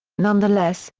nonetheless,